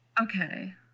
okay